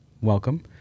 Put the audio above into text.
Welcome